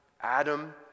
Adam